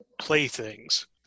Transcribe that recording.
playthings